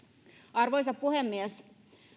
arvoisa puhemies